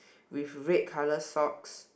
with red colour socks